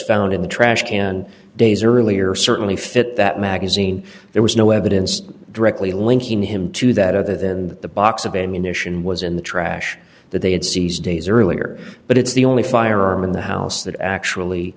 found in the trash can and days earlier certainly fit that magazine there was no evidence directly linking him to that other than that the box of ammunition was in the trash that they had seized days earlier but it's the only firearm in the house that actually